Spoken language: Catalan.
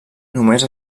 només